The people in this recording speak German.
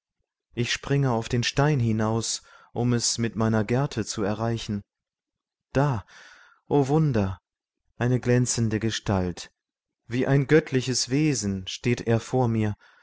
ich springe auf den stein hinaus um es mit meiner gerte zu erreichen da o wunder eine glänzende gestalt wie ein göttliches wesen steht vor mir